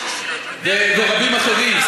ורבים אחרים.